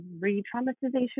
re-traumatization